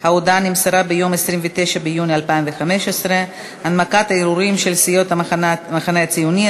ההודעה נמסרה ביום 29 ביוני 2015. הנמקת הערעורים של סיעות המחנה הציוני,